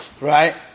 Right